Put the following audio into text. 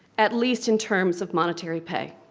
at least in terms of monetary pay.